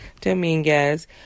Dominguez